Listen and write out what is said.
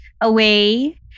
away